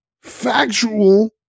factual